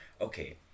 Okay